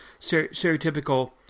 stereotypical